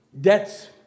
debts